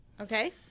Okay